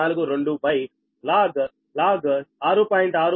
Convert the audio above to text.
0242log 6